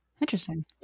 Interesting